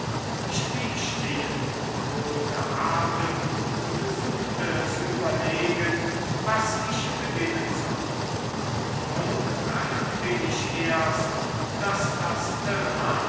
ich blieb stehen holte atem und suchte zu überlegen was ich beginnen solle und nun bemerkte ich erst daß das terrain